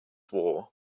war